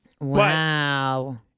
Wow